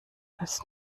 als